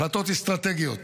החלטות אסטרטגיות.